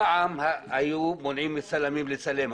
פעם היו מונעים מצלמים לצלם,